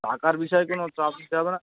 টাকার বিষয় কোনো চাপ নিতে হবে না